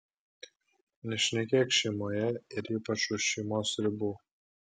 nešnekėk šeimoje ir ypač už šeimos ribų